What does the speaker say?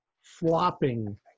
flopping